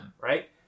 Right